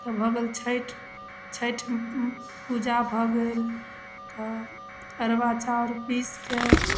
भऽ गेल छठि छठि पूजा भऽ गेल तऽ अरबा चाउर पीसके